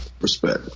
respect